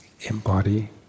embody